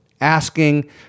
asking